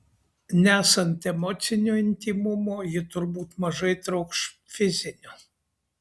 nesant emocinio intymumo ji turbūt mažai trokš fizinio